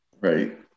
Right